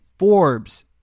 Forbes